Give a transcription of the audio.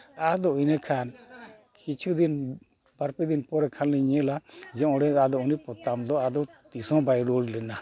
ᱟᱫᱚ ᱤᱱᱟᱹ ᱠᱷᱟᱱ ᱠᱤᱪᱷᱩ ᱫᱤᱱ ᱵᱟᱨ ᱯᱮ ᱫᱤᱱ ᱯᱚᱨᱮ ᱠᱷᱟᱱ ᱞᱤᱧ ᱧᱮᱞᱟ ᱡᱮ ᱟᱫᱚ ᱩᱱᱤ ᱯᱚᱛᱟᱢ ᱫᱚ ᱟᱫᱚ ᱛᱤᱥᱦᱚᱸ ᱵᱟᱭ ᱨᱩᱣᱟᱹᱲ ᱞᱮᱱᱟ